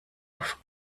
auf